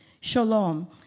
shalom